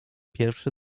pierwszy